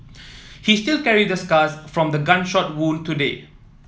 he still carry the scars from the gunshot wound today